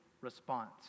response